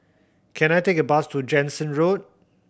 can I take a bus to Jansen Road